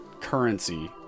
currency